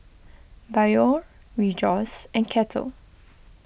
Biore Rejoice and Kettle